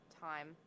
time